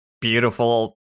beautiful